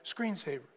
screensaver